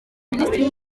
minisitiri